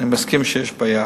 אני מסכים שיש בעיה